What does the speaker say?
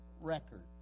record